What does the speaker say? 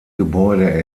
gebäude